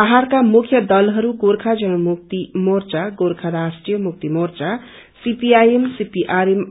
पहाड़का मुख्य दलहरू गोर्खा जनमुक्ति मोर्चा गोर्खा राष्ट्रिय मुक्ति मोर्चा सीपीआईएम सीपीआरएम